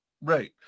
Right